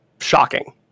shocking